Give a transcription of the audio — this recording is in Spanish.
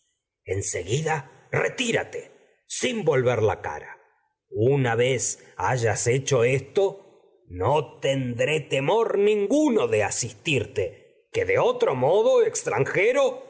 en retírate no volver cara una vez hayas hecho esto que tendré temor nin guno de asistirte ti de otro modo extranjero